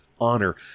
honor